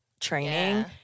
training